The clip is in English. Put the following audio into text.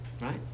right